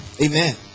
Amen